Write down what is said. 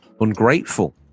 ungrateful